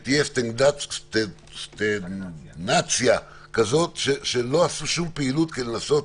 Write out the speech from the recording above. ותהיה סטגנציה כזאת שלא עשו שום פעילות כדי לנסות